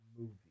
movie